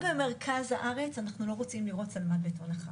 במרכז הארץ אנחנו לא רוצים לראות שלמת בטון ומלט,